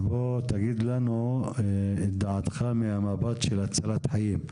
אז בוא תגיד לנו את דעתך מהמבט של הצלת חיים.